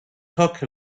talk